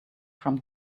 from